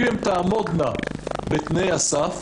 אם הן תעמודנה בתנאי הסף,